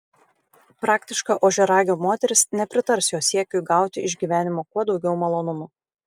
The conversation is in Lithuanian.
praktiška ožiaragio moteris nepritars jo siekiui gauti iš gyvenimo kuo daugiau malonumų